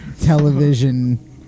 television